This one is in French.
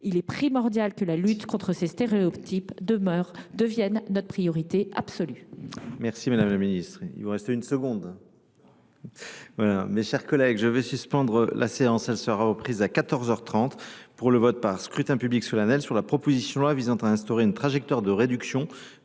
Il est primordial que la lutte contre ces stéréotypes devienne notre priorité absolue.